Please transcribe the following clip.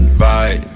bye